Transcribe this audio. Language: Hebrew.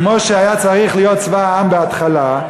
כמו שהיה צריך להיות צבא העם בהתחלה,